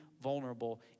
vulnerable